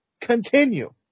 continue